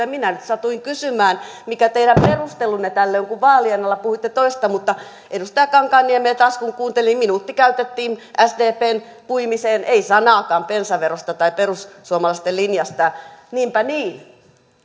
minä nyt satuin kysymään mikä teidän perustelunne tälle on kun vaalien alla puhuitte toista mutta edustaja kankaanniemeä taas kun kuunteli niin minuutti käytettiin sdpn puimiseen ei sanaakaan bensaverosta tai perussuomalaisten linjasta niinpä niin